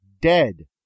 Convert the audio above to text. dead